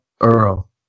Earl